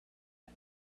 had